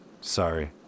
Sorry